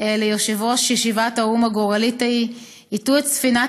ליושב-ראש ישיבת האו"ם הגורלית ההיא הטו את ספינת